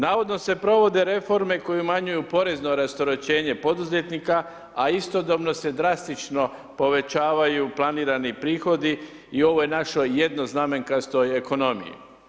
Navodno se provode reforme koji umanjuju porezno rasterećenje poduzetnika, a istodobno se drastično povećavaju planirani prihodi i ovoj našoj jednoznamenkastoj ekonomiji.